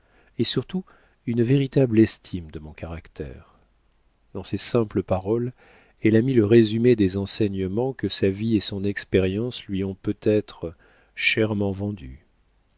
et surtout une véritable estime de mon caractère dans ces simples paroles elle a mis le résumé des enseignements que sa vie et son expérience lui ont peut-être chèrement vendus